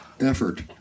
effort